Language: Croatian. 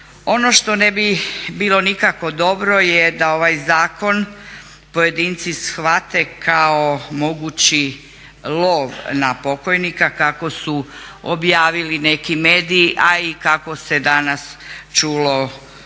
Ono što ne bi bilo nikako dobro je da ovaj zakon pojedinci shvate kao mogući lov na pokojnika kako su objavili neki mediji, a i kako se danas čulo kroz